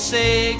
say